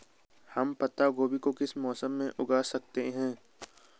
हम पत्ता गोभी को किस मौसम में उगा सकते हैं?